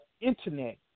Internet